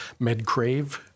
Medcrave